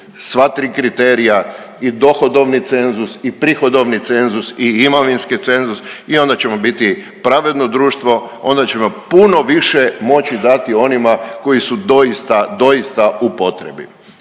sva tri kriterija i dohodovni cenzus i prihodovni cenzus i imovinski cenzus i onda ćemo biti pravedno društvo, onda ćemo puno više moći dati onima koji su doista, doista u potrebi.